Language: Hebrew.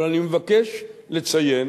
אבל אני מבקש לציין